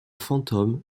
fantôme